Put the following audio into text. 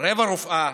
רבע רופאה,